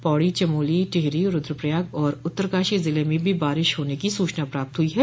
पौड़ी चमोली टिहरी रुद्रप्रयाग और उत्तरकाशी जिले में भी बारिश होने की सूचना प्राप्त हुई है